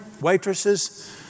waitresses